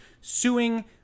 suing